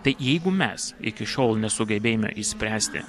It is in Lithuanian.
tai jeigu mes iki šiol nesugebėjome išspręsti